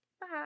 Bye